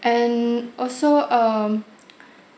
and also um